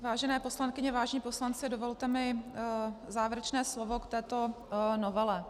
Vážené poslankyně, vážení poslanci, dovolte mi závěrečné slovo k této novele.